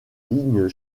ligne